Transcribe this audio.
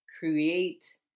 create